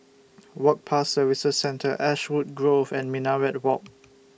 Work Pass Services Centre Ashwood Grove and Minaret Walk